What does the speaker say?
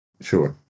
Sure